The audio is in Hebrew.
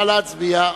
נא להצביע.